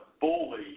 bully